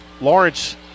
Lawrence